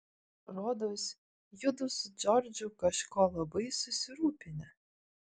rodos judu su džordžu kažko labai susirūpinę